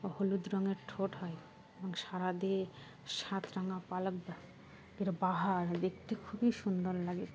হলুদ রঙের ঠোঁট হয় এবং সারা দিয়ে সাত রাঙা পালক এর বাহার দেখতে খুবই সুন্দর লাগে